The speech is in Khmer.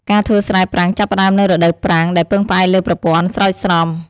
ការធ្វើស្រែប្រាំងចាប់ផ្តើមនៅ រដូវប្រាំង ដែលពឹងផ្អែកលើប្រព័ន្ធស្រោចស្រព។